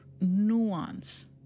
nuance